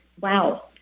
wow